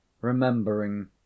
remembering